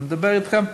אני מדבר אתכם,